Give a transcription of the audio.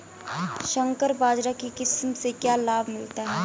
संकर बाजरा की किस्म से क्या लाभ मिलता है?